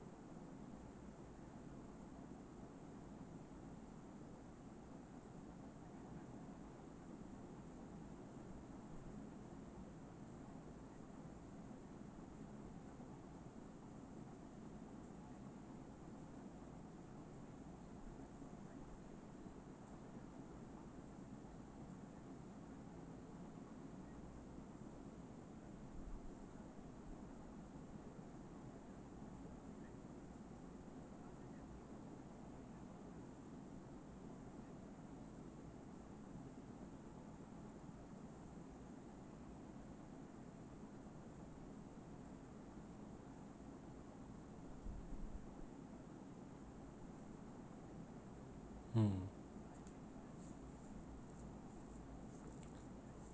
mm